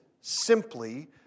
simply